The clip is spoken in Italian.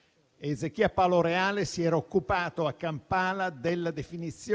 questione della enorme tragedia